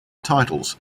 titles